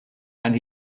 and